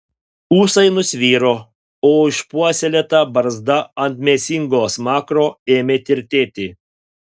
ūsai nusviro o išpuoselėta barzda ant mėsingo smakro ėmė tirtėti